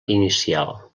inicial